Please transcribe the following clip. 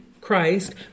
Christ